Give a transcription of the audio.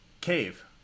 cave